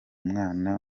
mwana